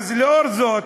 לאור זאת,